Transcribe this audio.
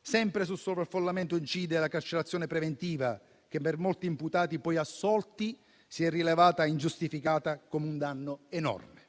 Sempre sul sovraffollamento incide la carcerazione preventiva che per molti imputati, poi assolti, si è rivelata ingiustificata, con un danno enorme.